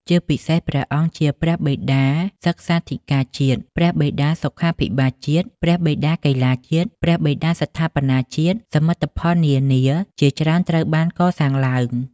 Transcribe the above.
ជាពិសេសព្រះអង្គជា ព្រះបិតាសិក្សាធិការជាតិ ព្រះបិតាសុខាភិបាលជាតិ ព្រះបិតាកីឡាជាតិ ព្រះបិតាស្ថាបនាជាតិ សមិទ្ធផលនានា ជាច្រើនបានត្រូវកសាងឡើង។